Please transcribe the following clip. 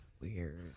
weird